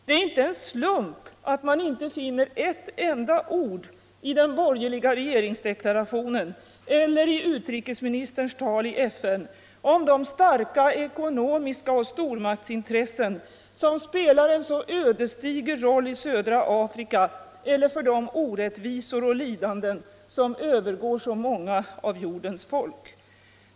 Det är inte en slump att man inte finner ett enda ord i den borgerliga regeringsdeklarationen eller i utrikesministerns tal i FN om de starka ckonomiska intressen och stormaktsintressen som spelar en så ödesdiger roll i södra Afrika och för uppkomsten av de orättvisor och lidanden som övcfgår så många av jordens folk.